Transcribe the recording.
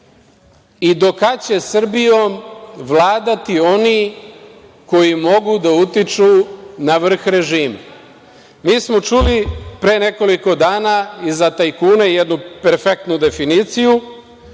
i do kad će Srbijom vladati oni koji mogu da utiču na vrh režima? Mi smo čuli pre nekoliko dana i za tajkune jednu perfektnu definiciju